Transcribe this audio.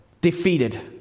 defeated